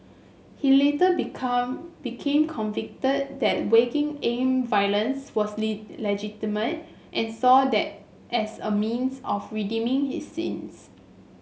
he later become became that waging armed violence was legitimate and saw that as a means of redeeming his sins